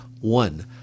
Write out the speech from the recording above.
One